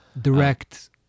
direct